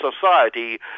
society